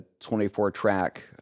24-track